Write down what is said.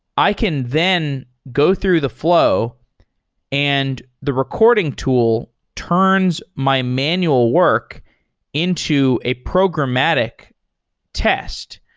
i can then go through the flow and the recording tool turns my manual work into a programmatic test.